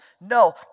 No